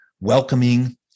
welcoming